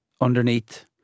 underneath